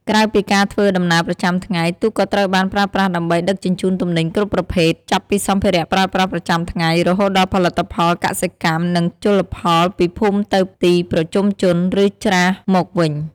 ក្រៅពីការធ្វើដំណើរប្រចាំថ្ងៃ ទូកក៏ត្រូវបានប្រើប្រាស់ដើម្បីដឹកជញ្ជូនទំនិញគ្រប់ប្រភេទ ចាប់ពីសម្ភារៈប្រើប្រាស់ប្រចាំថ្ងៃ រហូតដល់ផលិតផលកសិកម្ម និងជលផលពីភូមិទៅទីប្រជុំជន ឬច្រាសមកវិញ។